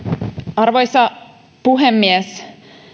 arvoisa puhemies